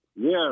Yes